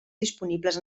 disponibles